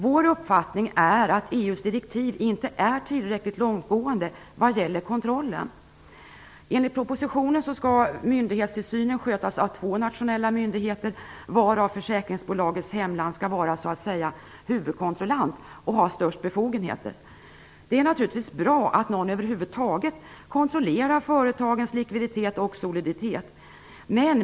Vår uppfattning är att EU:s direktiv inte är tillräckligt långtgående vad gäller kontrollen. Enligt propositionen skall myndighetstillsynen skötas av två nationella myndigheter, varav den i försäkringsbolagets hemland så att säga skall vara huvudkontrollant och ha störst befogenheter. Det är naturligtvis bra att någon över huvud taget kontrollerar företagens likviditet och soliditet.